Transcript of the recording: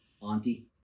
auntie